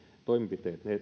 toimenpiteet